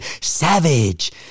savage